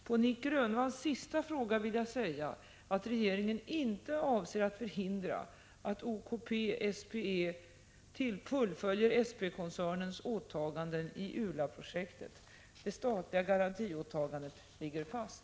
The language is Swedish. På Nic Grönvalls sista fråga vill jag säga att regeringen inte avser att förhindra att OKP/SPE fullföljer SP-koncernens åtaganden i Ula-projektet. Det statliga garantiåtagandet ligger fast.